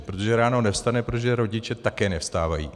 Protože ráno nevstane, protože rodiče také nevstávají.